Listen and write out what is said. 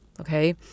Okay